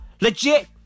Legit